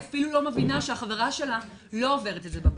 היא אפילו לא מבינה שהחברה שלה לא עוברת את זה בבית,